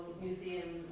Museum